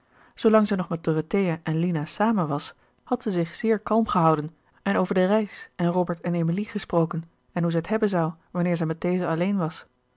zoo lang zij nog met dorothea en lina zamen was had zij zich zeer kalm gehouden en over de reis en robert en emilie gesproken en hoe zij het hebben zou wanneer zij met deze alleen was